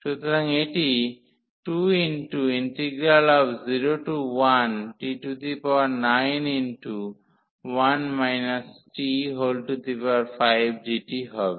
সুতরাং এটি 201t91 t5dt হবে